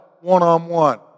one-on-one